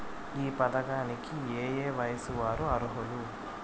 ఈ పథకానికి ఏయే వయస్సు వారు అర్హులు?